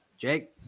Jake